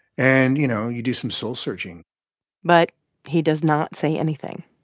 and, you know, you do some soul-searching but he does not say anything.